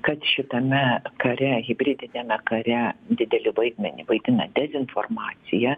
kad šitame kare hibridiniame kare didelį vaidmenį vaidina dezinformacija